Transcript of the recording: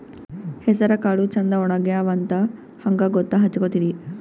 ಹೆಸರಕಾಳು ಛಂದ ಒಣಗ್ಯಾವಂತ ಹಂಗ ಗೂತ್ತ ಹಚಗೊತಿರಿ?